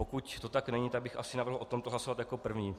Pokud to tak není, tak bych asi navrhl o tomto hlasovat jako první.